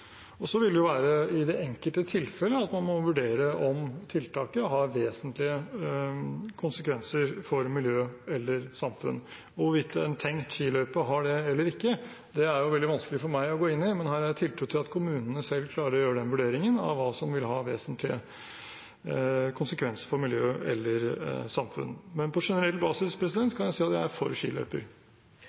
Så vil man i det enkelte tilfellet måtte vurdere om tiltaket har vesentlige konsekvenser for miljø eller samfunn. Hvorvidt en tenkt skiløype har det eller ikke, er det veldig vanskelig for meg å gå inn i. Her har jeg tiltro til at kommunene selv klarer å gjøre vurderingen av hva som vil ha vesentlige konsekvenser for miljø eller samfunn. Men på generell basis kan jeg si at jeg er for